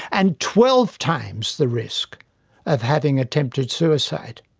and twelve times the risk of having attempted suicide.